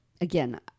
Again